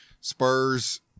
Spurs